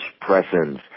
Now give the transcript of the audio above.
presence